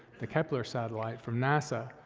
the kepler satellite from nasa,